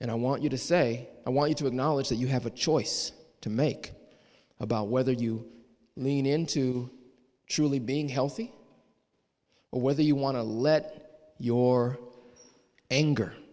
and i want you to say i want you to acknowledge that you have a choice to make about whether you lean into truly being healthy or whether you want to let your anger